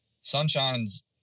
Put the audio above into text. Sunshine's